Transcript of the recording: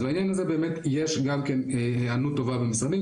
אז בעניין הזה באמת יש גם כן היענות טובה במשרדים,